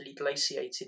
glaciated